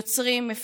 יוצרים, מפיקים,